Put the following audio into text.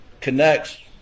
connects